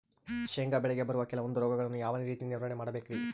ಶೇಂಗಾ ಬೆಳೆಗೆ ಬರುವ ಕೆಲವೊಂದು ರೋಗಗಳನ್ನು ಯಾವ ರೇತಿ ನಿರ್ವಹಣೆ ಮಾಡಬೇಕ್ರಿ?